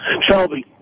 Shelby